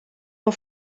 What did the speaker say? are